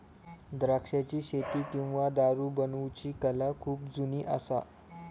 द्राक्षाची शेती किंवा दारू बनवुची कला खुप जुनी असा